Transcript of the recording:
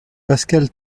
pascal